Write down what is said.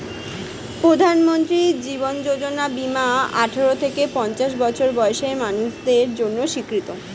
প্রধানমন্ত্রী জীবন যোজনা বীমা আঠারো থেকে পঞ্চাশ বছর বয়সের মানুষদের জন্য স্বীকৃত